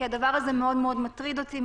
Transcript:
כי הדבר הזה מאוד מטריד אותי,